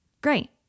Great